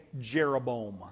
Jeroboam